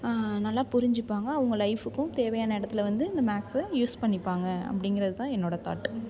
நல்லா புரிஞ்சிப்பாங்க அவங்க லைஃப்புக்கும் தேவையான இடத்துல வந்து இந்த மேக்ஸை யூஸ் பண்ணிப்பாங்க அப்படிங்கிறது தான் என்னோட தாட்